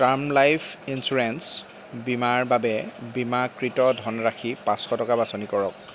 term life insurance বীমাৰ বাবে বীমাকৃত ধনৰাশি পাঁচশ টকা বাছনি কৰক